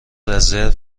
رزرو